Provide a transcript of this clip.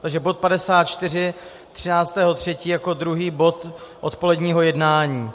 Takže bod 54 13. 3. jako druhý bod odpoledního jednání.